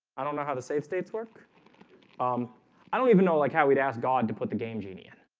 i don't know how the savestates work um i don't even know like how we'd ask god to put the game. genie and